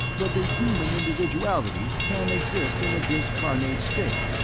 that the human individuality can exist in a discarnate state,